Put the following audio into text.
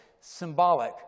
symbolic